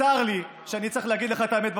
צר לי שאני צריך להגיד לך את האמת בפנים.